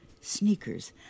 sneakers